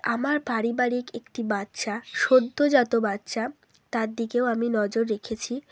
আমার পারিবারিক একটি বাচ্চা সদ্যোজাত বাচ্চা তার দিকেও আমি নজর রেখেছি